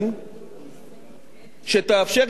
שתאפשר לישראל לעמוד ביעד,